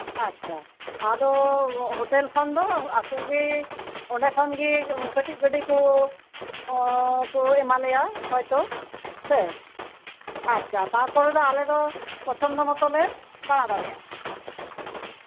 ᱟᱪᱪᱷᱟ ᱟᱫᱚ ᱦᱳᱴᱮᱞ ᱠᱷᱚᱱ ᱫᱚ ᱟᱠᱚ ᱜᱮ ᱠᱟᱹᱴᱤᱡ ᱜᱟᱹᱰᱤ ᱠᱚ ᱮᱢᱟᱞᱮᱭᱟ ᱦᱚᱭᱛᱚ ᱥᱮ ᱟᱪᱪᱷᱟ ᱛᱟᱨᱯᱚᱨᱮ ᱟᱞᱮ ᱫᱚ ᱯᱚᱪᱷᱚᱱᱫᱚ ᱢᱚᱛᱚᱞᱮ ᱫᱟᱬᱟ ᱫᱟᱲᱮᱭᱟᱜᱼᱟ